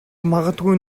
магадгүй